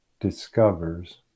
discovers